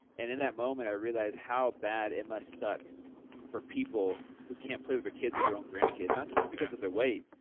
and in that moment, i realized how bad it must suck for people who can't play with their kids or their own grandkids, not so much because of their weight,